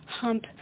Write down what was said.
hump